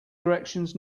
directions